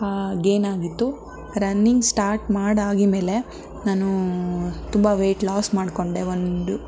ಗೇಯ್ನಾಗಿತ್ತು running start ಮಾಡಿ ಆಗಿದ್ದ ಮೇಲೆ ನಾನು ತುಂಬ ವೇಯ್ಟ್ ಲಾಸ್ ಮಾಡಿಕೊಂಡೆ ಒಂದು